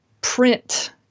print